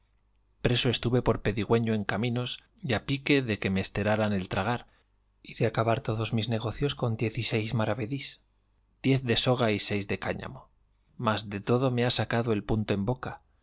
preso estuve por pedigüeño en caminos y a pique de que me esteraran el tragar y de acabar todos mis negocios con diez y seis maravedís diez de soga y seis de cáñamo mas de todo me ha sacado el punto en boca